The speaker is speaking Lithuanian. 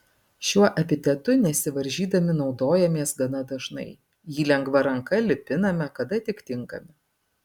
šiuo epitetu nesivaržydami naudojamės gana dažnai jį lengva ranka lipiname kada tik tinkami